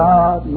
God